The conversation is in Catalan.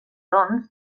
doncs